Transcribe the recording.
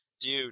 dude